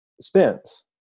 spins